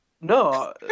No